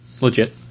legit